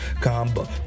combo